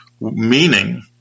meaning